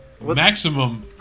Maximum